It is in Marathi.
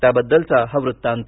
त्याबद्दलचा हा वृत्तांत